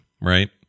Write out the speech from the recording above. Right